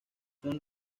son